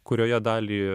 kurioje dalį